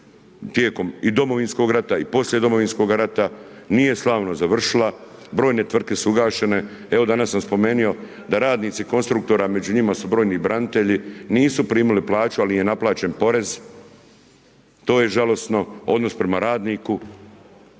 tijekom i Domovinskog rata i poslije Domovinskog rata, nije slavno završila, brojne tvrtke su ugašene, evo danas sam spomenuo da radnici konstruktora, među njima su brojni branitelji, nisu primili plaće, ali im je naplaćen porez, to je žalosno, odnos prema radniku.